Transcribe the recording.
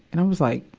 and i was, like,